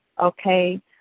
Okay